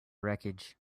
wreckage